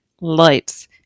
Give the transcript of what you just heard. lights